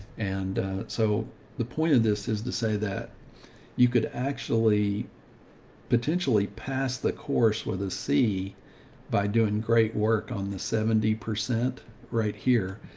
and so the point of this is to say that you could actually potentially pass the course with a c by doing great work on the seventy percent right here,